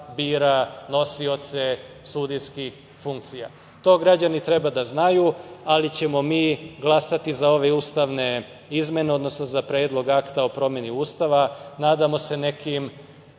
bira nosioce sudijskih funkcija. To građani treba da znaju, ali ćemo mi glasati za ove ustavne izmene, odnosno za Predlog akta o promeni Ustava. Nadamo se nekim